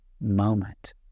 moment